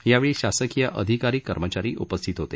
यावेळी शासकीय अधिकारी कर्मचारी उपस्थित होते